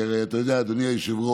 כי הרי אתה יודע, אדוני היושב-ראש,